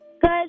Good